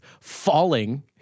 falling